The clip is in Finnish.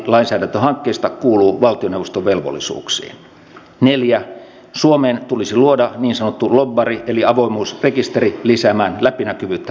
turvapaikanhakijoiden määrän kasvu vaikuttaa tarpeisiin eikä heidän maahan tulevaa määräänsä ensi vuodellekaan pystytä täysin tietämään